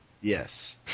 Yes